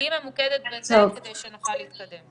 תהיי ממוקדת בזה כדי שנוכל להתקדם.